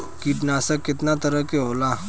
कीटनाशक केतना तरह के होला?